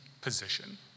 position